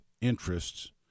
interests